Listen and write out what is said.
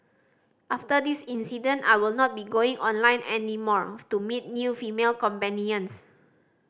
after this incident I will not be going online any more to meet new female companions